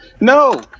no